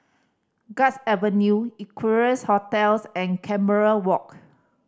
Guards Avenue Equarius Hotels and Canberra Walk